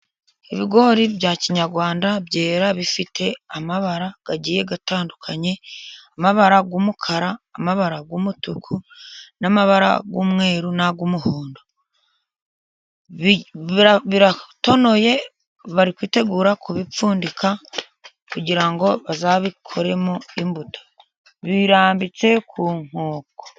Ibigori bya kinyarwanda byera bifite amabara agiye atandukanye. Amabara y'umukara, amabara y'umutuku, n'amabara y'umweru, n'ay'umuhondo. Biratonoye, barikwitegura kubipfundika kugira ngo bazabikoremo imbuto. Birambitse ku nkoko.